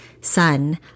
son